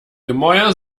gemäuer